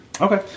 Okay